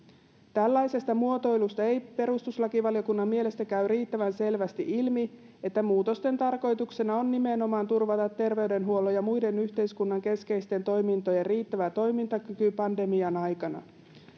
tällaisesta muotoilusta ei perustuslakivaliokunnan mielestä käy riittävän selvästi ilmi että muutosten tarkoituksena on nimenomaan turvata terveydenhuollon ja muiden yhteiskunnan keskeisten toimintojen riittävä toimintakyky pandemian aikana